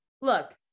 look